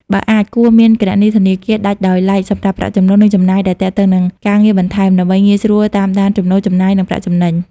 បើអាច គួរមានគណនីធនាគារដាច់ដោយឡែកសម្រាប់ប្រាក់ចំណូល និងចំណាយដែលទាក់ទងនឹងការងារបន្ថែម ដើម្បីងាយស្រួលតាមដានចំណូល ចំណាយ និងប្រាក់ចំណេញ។